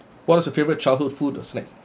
what's your favourite childhood food or snack